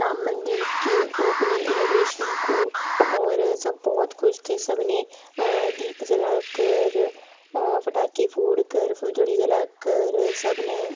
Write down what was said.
राम मंदिर के opening inauguration को और सब बहुत खुश थे सबने दीप जला कर पटाखे फोड़ कर फुलझड़ी जला कर सबने